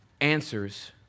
answers